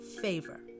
favor